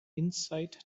insight